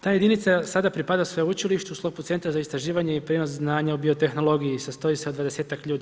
Ta jedinica sada pripada sveučilišta u sklopu Centra za istraživanje i prijenos znanja u biotehnologiji, sastoji se od 20-ak ljudi.